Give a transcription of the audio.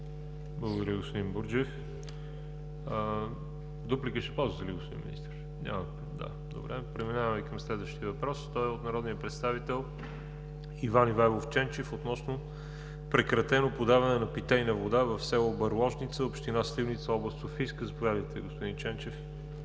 Благодаря, господин Бурджев. Ще ползвате ли дуплика, господин Министър? Не, добре. Преминаваме към следващия въпрос от народния представител Иван Ивайлов Ченчев относно прекратено подаване на питейна вода в село Бърложница, община Сливница, област Софийска. Заповядайте, господин Ченчев,